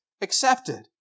accepted